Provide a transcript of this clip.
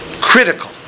critical